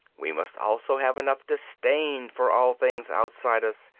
we must also have enough disdain for all things outside us,